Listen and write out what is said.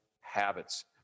habits